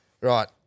Right